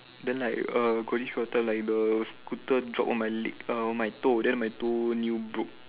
then like err got this period of time like the scooter drop on my leg err on my toe then my toe nail broke